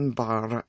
bar